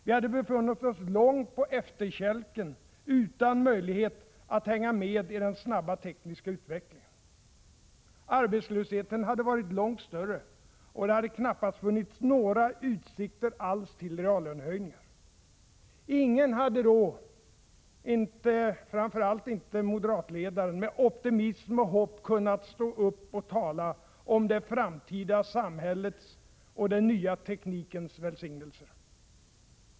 Vi hade befunnit oss långt på efterkälken utan möjlighet att hänga med i den snabba tekniska utvecklingen. Arbetslösheten hade varit långt större, och det hade knappast funnits några utsikter alls till reallönehöjningar. Ingen, framför allt inte moderatledaren, hade då, med optimism och hopp, kunnat stå upp och tala om det framtida samhällets och den nya teknikens välsignelser.